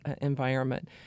environment